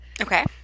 Okay